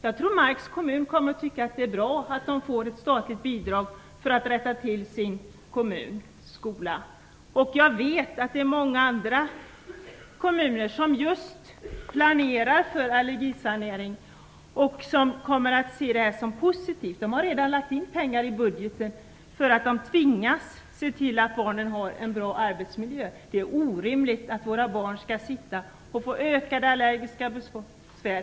Jag tror att Marks kommun kommer att tycka att det är bra att få ett statligt bidrag för att rätta till sin skola, och jag vet att många andra kommuner just planerar för allergisanering och kommer att se bidraget som något positivt. De har redan lagt in pengar i budgeten därför att de tvingas se till att barnen har en bra arbetsmiljö. Det är orimligt att våra barn skall sitta och få ökade allergiska besvär.